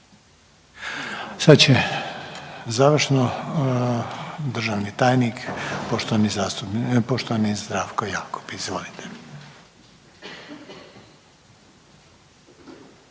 Sada će završno državni tajnik, poštovani Zdravko Jakob. Izvolite.